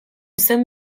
zen